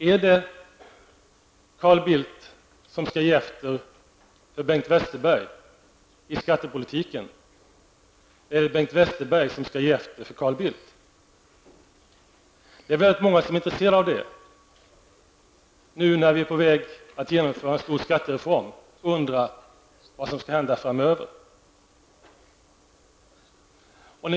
Är det Carl Bildt som skall ge efter för Bengt Westerberg i skattepolitiken, eller är det Bengt Westerberg som skall ge efter för Carl Bildt? Det är väldigt många som är intresserade av ett besked nu när vi är på väg att genomföra en stor skattereform. Man undrar vad som skall hända framöver.